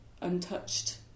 untouched